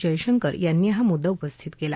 जयशंकर यांनी हा म्द्दा उपस्थित केला